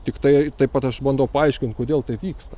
tiktai taip pat aš bandau paaiškint kodėl taip vyksta